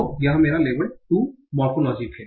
तो यह मेरा लेवल 2 मॉर्फोलॉजिक है